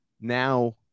Now